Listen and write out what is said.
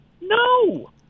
No